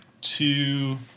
two